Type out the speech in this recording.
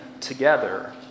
together